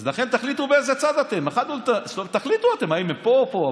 אז לכן תחליטו באיזה צד אתם, האם אתם פה או פה?